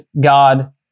God